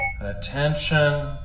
Attention